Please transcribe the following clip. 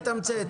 אבל לתמצת.